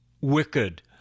wicked